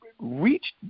reached